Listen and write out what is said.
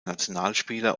nationalspieler